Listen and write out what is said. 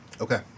Okay